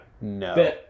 No